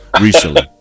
recently